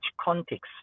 context